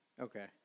Okay